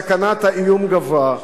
סכנת האיום גברה,